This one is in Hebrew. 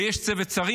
ויש צוות שרים,